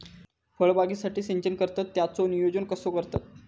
फळबागेसाठी सिंचन करतत त्याचो नियोजन कसो करतत?